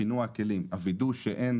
שינוע הכלים, הווידוא שאין